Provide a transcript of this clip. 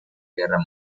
guerra